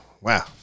Wow